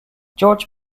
george